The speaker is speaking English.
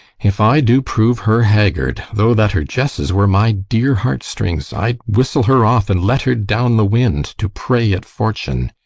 if i do prove her haggard, though that her jesses were my dear heartstrings, i'd whistle her off, and let her down the wind to prey at fortune.